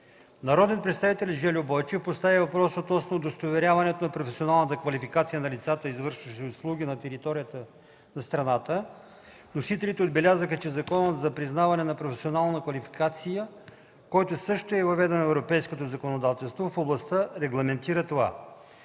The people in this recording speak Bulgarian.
Народният представител Жельо Бойчев постави въпрос относно удостоверяването на професионалната квалификация на лицата, извършващи услуги на територията на страната. Вносителите отбелязаха, че Законът за признаване на професионални квалификации, в който също е въведено европейското законодателство в областта, регламентира това.